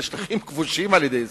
אלה שטחים כבושים על-ידי ישראל.